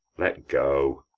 let go.